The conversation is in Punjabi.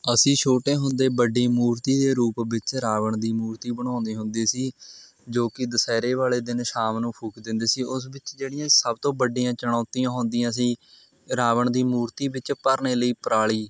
ਅਸੀਂ ਛੋਟੇ ਹੁੰਦੇ ਵੱਡੀ ਮੂਰਤੀ ਦੇ ਰੂਪ ਵਿੱਚ ਰਾਵਣ ਦੀ ਮੂਰਤੀ ਬਣਾਉਂਦੇ ਹੁੰਦੇ ਸੀ ਜੋ ਕਿ ਦੁਸਹਿਰੇ ਵਾਲੇ ਦਿਨ ਸ਼ਾਮ ਨੂੰ ਫੂਕ ਦਿੰਦੇ ਸੀ ਉਸ ਵਿੱਚ ਜਿਹੜੀਆਂ ਸਭ ਤੋਂ ਵੱਡੀਆਂ ਚੁਣੌਤੀਆਂ ਹੁੰਦੀਆਂ ਸੀ ਰਾਵਣ ਦੀ ਮੂਰਤੀ ਵਿੱਚ ਭਰਨੇ ਲਈ ਪਰਾਲੀ